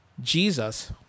Jesus